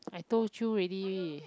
I told you already